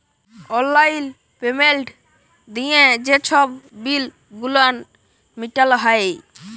অললাইল পেমেল্ট দিঁয়ে যে ছব বিল গুলান মিটাল হ্যয়